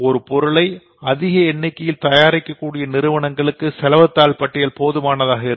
ஒரே பொருளை அதிக எண்ணிக்கையில் தயாரிக்கக்கூடிய நிறுவனங்களுக்கு செலவுத்தாள் பட்டியல் போதுமானதாக இருக்கும்